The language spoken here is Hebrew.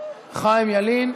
חיים ילין.